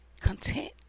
content